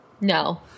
No